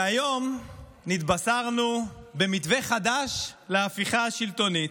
היום נתבשרנו על מתווה חדש להפיכה השלטונית.